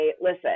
listen